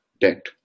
debt